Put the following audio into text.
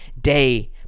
day